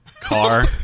car